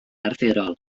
arferol